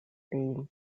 tail